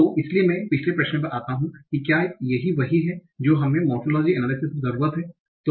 तो इसलिए मैं पिछले प्रश्न पर आता हू कि क्या यही वही हैं जो हमें मोरफोलोजीकल अनालिसिस में जरूरत हैं